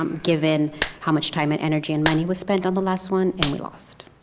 um given how much time and energy and money was spent on the last one and we lost.